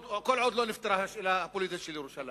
כל עוד לא נפתרה השאלה הפוליטית של ירושלים.